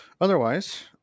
otherwise